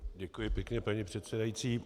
Děkuji pěkně, paní předsedající.